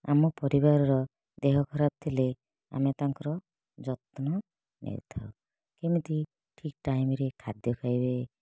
ଆମ ପରିବାରର ଦେହ ଖରାପ ଥିଲେ ଆମେ ତାଙ୍କର ଯତ୍ନ ନେଇଥାଉ କେମିତି ଠିକ ଟାଇମରେ ଖାଦ୍ୟ ଖାଇବେ